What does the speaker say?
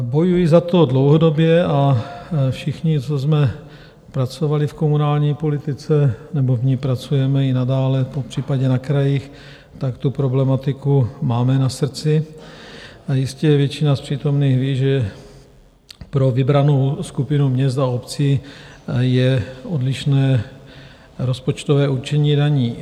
Bojuji za to dlouhodobě a všichni, co jsme pracovali v komunální politice nebo v ní pracujeme i nadále, popřípadě na krajích, tu problematiku máme na srdci a jistě většina z přítomných ví, že pro vybranou skupinu měst a obcí je odlišné rozpočtové určení daní.